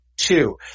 Two